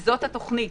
וזאת התוכנית